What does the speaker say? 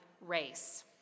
race